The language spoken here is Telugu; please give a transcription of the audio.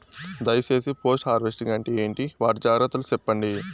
దయ సేసి పోస్ట్ హార్వెస్టింగ్ అంటే ఏంటి? వాటి జాగ్రత్తలు సెప్పండి?